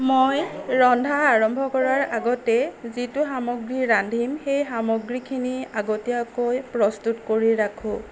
মই ৰন্ধা আৰম্ভ কৰাৰ আগতে যিটো সামগ্ৰী ৰান্ধিম সেই সামগ্ৰীখিনি আগতীয়াকৈ প্ৰস্তুত কৰি ৰাখোঁ